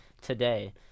today